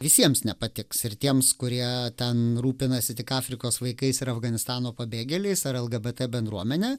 visiems nepatiks ir tiems kurie ten rūpinasi tik afrikos vaikais ir afganistano pabėgėliais ar lgbt bendruomene